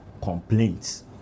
complaints